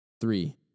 three